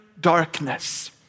darkness